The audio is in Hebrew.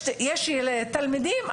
יש תלמידים,